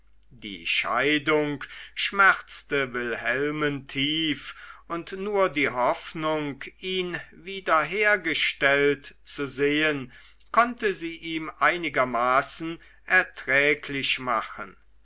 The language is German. die scheidung schmerzte wilhelmen tief und nur die hoffnung ihn wiederhergestellt zu sehen konnte sie ihm einigermaßen erträglich machen